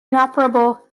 inoperable